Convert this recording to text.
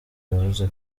yavuze